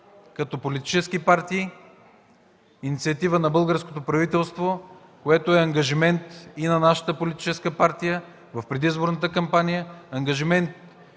като политически партии инициатива на българското правителство, което е ангажимент и на нашата политическа партия в предизборната кампания, ангажимент